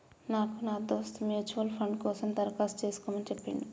నాకు నా దోస్త్ మ్యూచువల్ ఫండ్ కోసం దరఖాస్తు చేసుకోమని చెప్పిండు